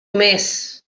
més